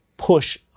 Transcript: push